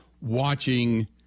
watching